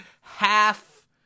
half